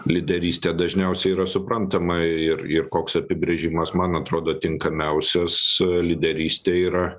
lyderystė dažniausiai yra suprantama ir ir koks apibrėžimas man atrodo tinkamiausias lyderystė yra